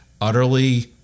utterly